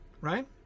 right